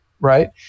right